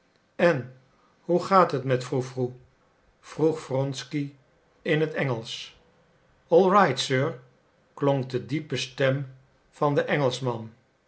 en hoe gaat het met froe froe vroeg wronsky in het engelsch all right sir klonk de diepe stem van den engelschman